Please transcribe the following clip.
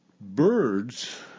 birds